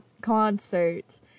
concert